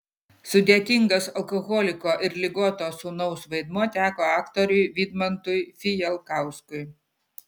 sudėtingas alkoholiko ir ligoto sūnaus vaidmuo teko aktoriui vidmantui fijalkauskui